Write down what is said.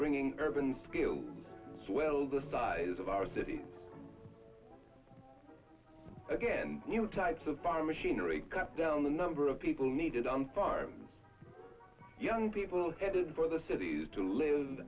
bringing urban skilled swell the size of our city again types of farm machinery cut down the number of people needed on farms young people headed for the cities to live